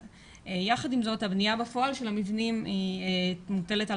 יחד עם זאת הבניה בפועל של המבנים מוטלת על